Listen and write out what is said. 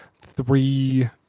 three